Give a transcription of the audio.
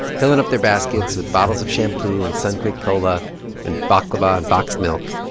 filling up their baskets with bottles of shampoo and sunquick cola and baklava and boxed milk.